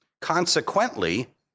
Consequently